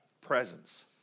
presence